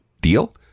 Deal